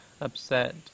upset